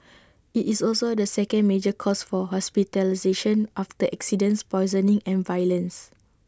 IT is also the second major cause for hospitalisation after accidents poisoning and violence